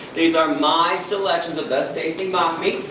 these are my selections, the best tasting mock meats.